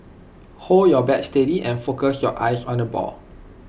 hold your bat steady and focus your eyes on the ball